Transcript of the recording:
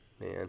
Man